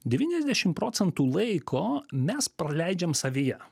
devyniasdešim procentų laiko mes praleidžiam savyje